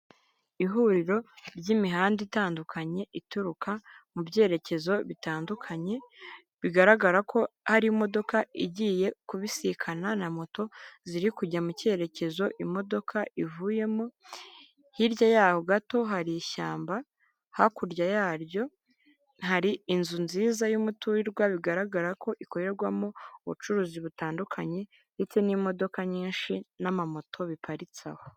Ihuriro ry'imihanda itandukanye, ituruka mu byerekezo bitandukanye, bigaragara ko hari imodoka igiye kubisikana na moto ziri kujya mu cyerekezo imodoka ivuyemo, hirya yaho gato hari ishyamba, hakurya yaryo hari inzu nziza y'umuturirwa, bigaragara ko ikorerwamo ubucuruzi butandukanye ndetse n'imodoka nyinshi n'amamoto biparitse aho.